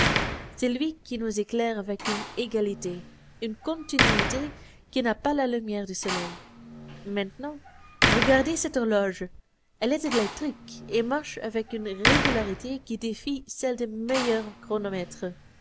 c'est lui qui nous éclaire avec une égalité une continuité que n'a pas la lumière du soleil maintenant regardez cette horloge elle est électrique et marche avec une régularité qui défie celle des meilleurs chronomètres